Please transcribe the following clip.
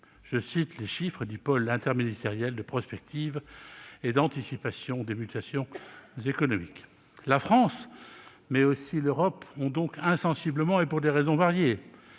mes chiffres sont ceux du Pôle interministériel de prospective et d'anticipation des mutations économiques ! La France, mais aussi l'Europe, a donc insensiblement, et pour des raisons variées-